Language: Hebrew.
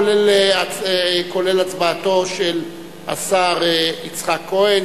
כולל הצבעתו של השר יצחק כהן,